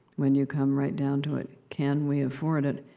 when you come right down to it can we afford it?